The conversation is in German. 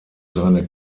seine